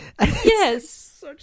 Yes